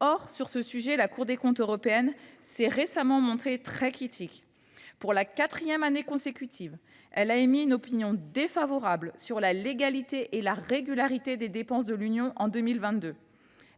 Or, sur ce sujet, la Cour des comptes européenne s’est récemment montrée très critique : en 2023, pour la quatrième année consécutive, elle a émis une opinion défavorable sur la légalité et la régularité des dépenses de l’Union de l’exercice précédent.